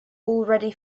already